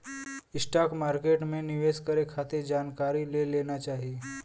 stock market में निवेश करे खातिर जानकारी ले लेना चाही